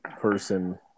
person